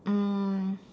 um